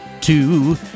Two